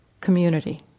community